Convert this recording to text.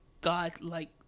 God-like